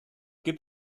gibt